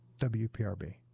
WPRB